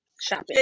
shopping